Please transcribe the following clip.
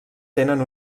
tenen